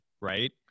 right